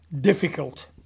Difficult